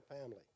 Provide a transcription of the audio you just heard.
family